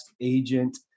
Agent